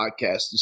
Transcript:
podcast